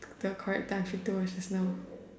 of the correct time she told us just now